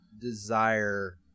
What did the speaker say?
desire